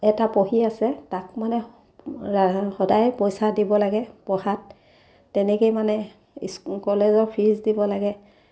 এটা পঢ়ি আছে তাক মানে সদায়ে পইচা দিব লাগে পঢ়াত তেনেকেই মানে কলেজৰ ফিজ দিব লাগে